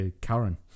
Karen